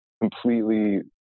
completely